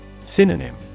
Synonym